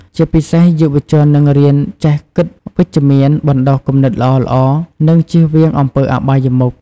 ជាពិសេសយុវជននឹងរៀនចេះគិតវិជ្ជមាន បណ្តុះគំនិតល្អៗ និងចៀសវាងអំពើអបាយមុខ។